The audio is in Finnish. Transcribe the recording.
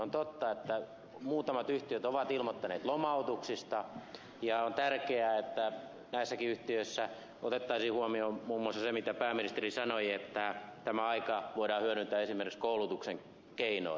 on totta että muutamat yhtiöt ovat ilmoittaneet lomautuksista ja on tärkeää että näissäkin yhtiöissä otettaisiin huomioon muun muassa se mitä pääministeri sanoi että tämä aika voidaan hyödyntää esimerkiksi koulutuksen keinoin